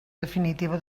definitiva